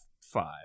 five